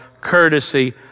courtesy